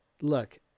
look